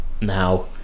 now